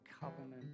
covenant